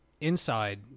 inside